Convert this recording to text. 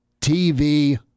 TV